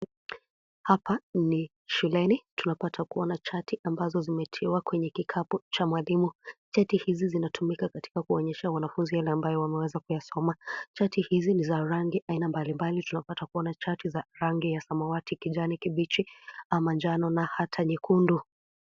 Hapa ni shuleni. Tunapata kuona chati ambazo zimetiwa kwenye kikapu cha mwalimu. Chati hizi zinatumika katika kuwaonyesha wanafunzi yale ambayo wameweza kuyasoma. Chati hizi zina rangi aina mbalimbali. Tunapata kuona chati za rangi ya samawati, kijani kibichi, manjano na hata nyekundu.